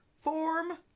form